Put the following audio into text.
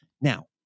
Now